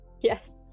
Yes